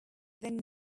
then